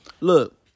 Look